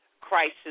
crisis